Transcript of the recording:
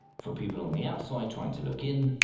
for people on the outside trying to look in,